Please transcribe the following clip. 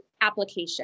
application